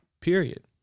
period